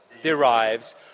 derives